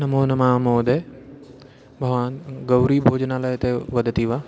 नमो नमः महोदय भवान् गौरी भोजनालयतः वदति वा